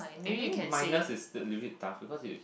I think minus is a little but tough because you